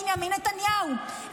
בנימין נתניהו,